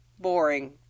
boring